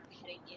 heading